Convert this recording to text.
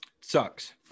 Sucks